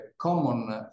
common